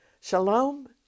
Shalom